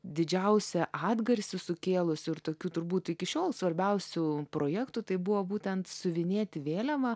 didžiausią atgarsį sukėlusių ir tokių turbūt iki šiol svarbiausių projektų tai buvo būtent siuvinėti vėliavą